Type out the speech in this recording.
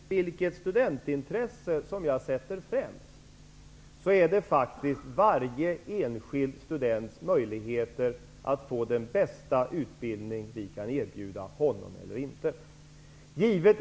Herr talman! Om man ser till det studentintresse som jag sätter främst, så är det varje enskild students möjligheter att få den bästa utbildning som vi kan erbjuda och honom eller henne.